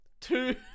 Two